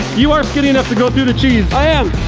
you are skinny enough to go through the cheese. i am.